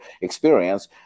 experience